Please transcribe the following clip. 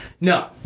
No